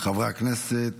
חברי הכנסת,